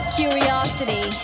curiosity